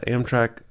Amtrak